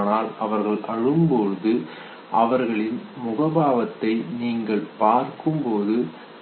ஆனால் அவர்கள் அழும் போது அவர்களின் முகபாவத்தை நீங்கள் பார்க்கும்போது